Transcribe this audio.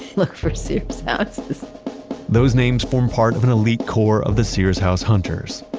look for sears houses those names form part of an elite core of the sears house hunters.